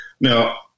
Now